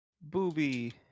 Booby